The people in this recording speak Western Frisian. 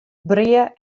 brea